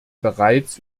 bereits